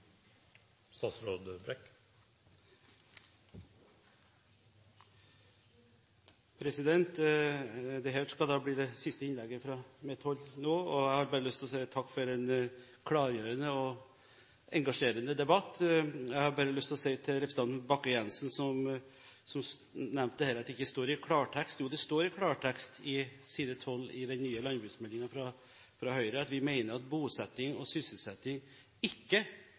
Det her skal bli det siste innlegget fra mitt hold nå, og jeg har lyst til å si takk for en klargjørende og engasjerende debatt. Jeg har bare lyst å si til representanten Bakke-Jensen, som nevnte at det ikke står i klartekst: Jo, det står i klartekst på side 9 i den nye landbruksmeldingen fra Høyre: «Vi mener at bosetting- og sysselsetting ikke